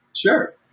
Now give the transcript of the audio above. Sure